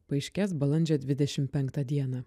paaiškės balandžio dvidešimt penktą dieną